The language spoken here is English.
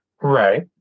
Right